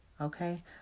Okay